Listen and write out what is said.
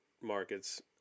markets